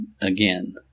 again